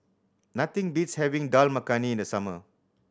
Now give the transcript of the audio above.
nothing beats having Dal Makhani in the summer